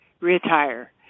Retire